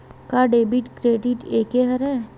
का debit credit एके हरय?